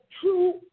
true